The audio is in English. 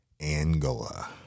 Angola